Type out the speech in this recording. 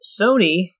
Sony